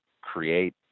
create